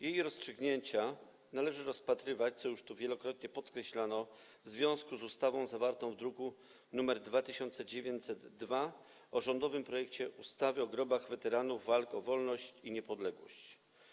Jej rozstrzygnięcia należy rozpatrywać, co już tu wielokrotnie podkreślano, w związku z ustawą zawartą w druku nr 2902, rządowym projektem ustawy o grobach weteranów walk o wolność i niepodległość.